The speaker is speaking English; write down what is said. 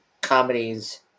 comedies